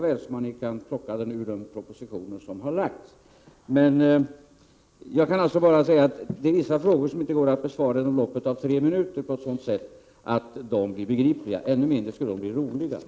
Den kan plockas ur den proposition som har lagts. Vissa frågor går inte att besvara inom loppet av tre minuter på ett sådant sätt att det blir begripligt — ännu mindre skulle det bli roligt.